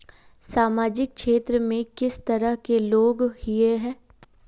सामाजिक क्षेत्र में किस तरह के लोग हिये है?